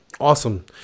Awesome